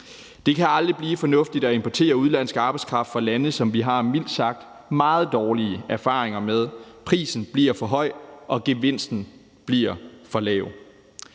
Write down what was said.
Det kan aldrig blive fornuftigt at importere udenlandsk arbejdskraft fra lande, som vi mildt sagt har meget dårlige erfaringer med. Prisen bliver for høj, og gevinsten bliver for lav.